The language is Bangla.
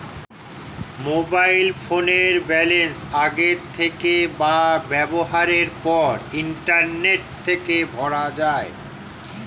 মোবাইল ফোনের ব্যালান্স আগের থেকে বা ব্যবহারের পর ইন্টারনেট থেকে ভরা যায়